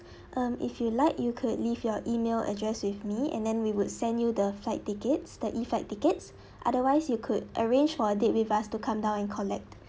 um if you'd like you could leave your email address with me and then we would send you the flight tickets the e flight tickets otherwise you could arrange for a date with us to come down and collect